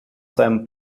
seinem